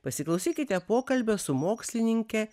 pasiklausykite pokalbio su mokslininke